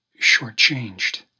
shortchanged